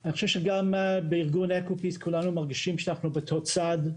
אני חושב שגם בארגון אקופיס כולנו מרגישים שאנחנו באותו הצד.